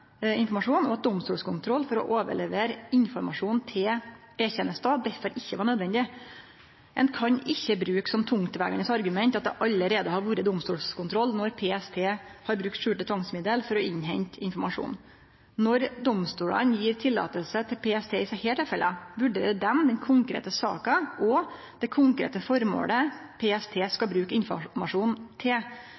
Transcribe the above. og at domstolskontroll for å overlevere informasjonen til E-tenesta derfor ikkje var nødvendig. Ein kan ikkje bruke som tungtvegande argument at det allereie har vore domstolskontroll når PST har brukt skjulte tvangsmiddel for å innhente informasjon. Når domstolane gjev løyve til PST i desse tilfella, vurderer dei den konkrete saka og det konkrete formålet PST skal